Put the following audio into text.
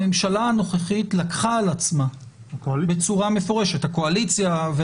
הממשלה הנוכחית לקחה על עצמה בצורה מפורשת --- הקואליציה.